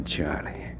Charlie